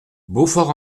beaufort